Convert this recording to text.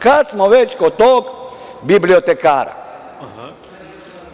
Kad smo već kod tog bibliotekara,